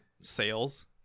sales